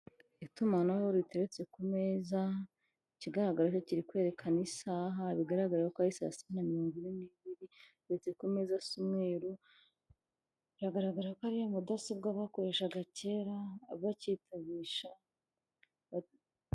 Itumanaho riteretse ku meza, ikigaragara cyo kiri kwerekana isaha, bigaragara ko ari saa siba na mirongo ine n'ibiri, iteretse ku meza isa umweru, biragaragara ko ari mudasobwa bakoreshaga kera bacyitabishisha.